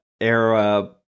era